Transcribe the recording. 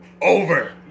Over